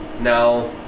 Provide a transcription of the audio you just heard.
Now